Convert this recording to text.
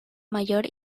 mayor